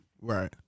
Right